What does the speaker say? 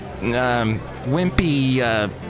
wimpy